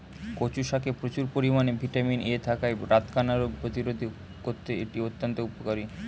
কচু শাকে প্রচুর পরিমাণে ভিটামিন এ থাকায় রাতকানা রোগ প্রতিরোধে করতে এটি অত্যন্ত উপকারী